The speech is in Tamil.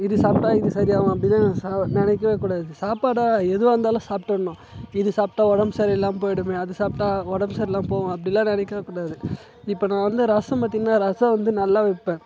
இது சாப்பிட்டா இது சரியாகும் அப்படிலாம் நான் சாப் நினைக்கவேக்கூடாது சாப்பாடா எதுவாக இருந்தாலும் சாப்பிட்ருணும் இது சாப்பிட்டா உடம்பு சரியில்லாமல் போயிடுமே அது சாப்பிட்டா உடம்பு சரியில்லாமல் போகும் அப்படில்லாம் நினைக்கக்கூடாது இப்போ நான் வந்து ரசம் பார்த்தீங்கன்னா ரசம் வந்து நல்லா வைப்பேன்